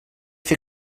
fer